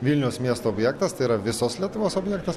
vilniaus miesto objektas tai yra visos lietuvos objektas